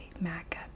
Mac